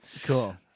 Cool